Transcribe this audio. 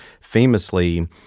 famously